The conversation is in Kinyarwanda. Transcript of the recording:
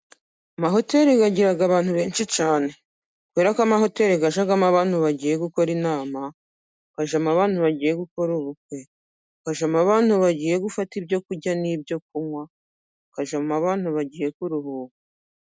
Amahoteli agira abantu benshi cyane . Kubera ko amahoteli ajyamo abantu bagiye gukora inama ,hakajyamo abantu bagiye gukora ubukwe ,hakajyamo abantu bagiye gufata ibyo kurya n'ibyo kunywa, hakajyama abantu bagiye kuruhuka.